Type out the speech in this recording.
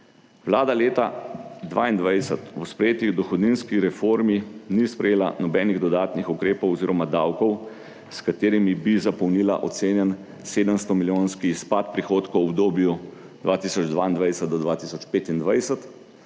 Vlada leta 2022 v sprejeti dohodninski reformi ni sprejela nobenih dodatnih ukrepov oziroma davkov, s katerimi bi zapolnila ocenjen 700 milijonski izpad prihodkov v obdobju 2022-2025,